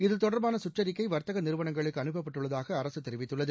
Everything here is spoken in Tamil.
இது தொடர்பான சுற்றறிக்கை வர்த்தக நிறுவனங்களுக்கு அனுப்பப்பட்டுள்ளதாக அரசு தெரிவித்துள்ளது